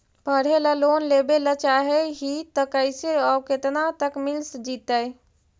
पढ़े ल लोन लेबे ल चाह ही त कैसे औ केतना तक मिल जितै?